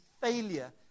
failure